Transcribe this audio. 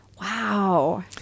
Wow